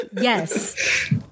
yes